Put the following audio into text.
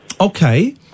Okay